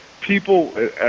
People